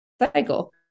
cycle